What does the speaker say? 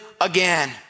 again